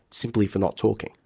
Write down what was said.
simply for not talking.